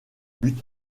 buts